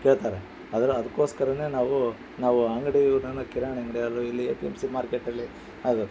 ಕೇಳ್ತಾರೆ ಅದನ್ನು ಅದಕ್ಕೋಸ್ಕರವೇ ನಾವು ನಾವು ಅಂಗಡಿ ಕಿರಾಣಿ ಅಂಗಡಿ ಅಲ್ಲೂ ಇಲ್ಲಿ ಎಂ ಸಿ ಮಾರ್ಕೆಟಲ್ಲಿ ಅದು